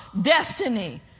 destiny